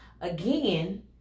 again